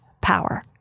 power